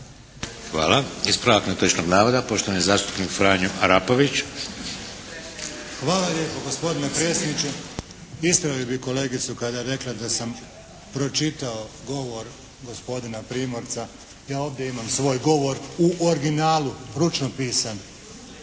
Hvala. Ispravak netočnog navoda poštovani zastupnik Franjo Arapović. **Arapović, Franjo (HDZ)** Hvala lijepo gospodine predsjedniče. Ispravio bih kolegicu kada je rekla da sam pročitao govor gospodina Primorca. Ja ovdje imam svoj govor u originalu ručno pisan,